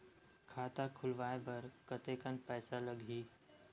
खाता खुलवाय बर कतेकन पईसा लगही?